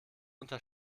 unter